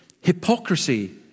hypocrisy